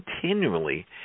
continually